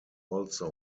also